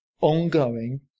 ongoing